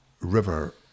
river